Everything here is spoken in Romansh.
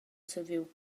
saviu